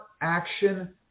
action